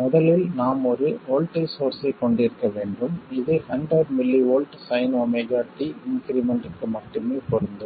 முதலில் நாம் ஒரு வோல்ட்டேஜ் சோர்ஸ்ஸைக் கொண்டிருக்க வேண்டும் இது 100mV sinωt இன்க்ரிமெண்ட்க்கு மட்டுமே பொருந்தும்